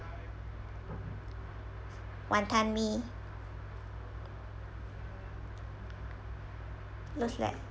wanton mee looks like